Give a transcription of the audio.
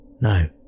No